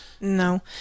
No